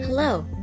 Hello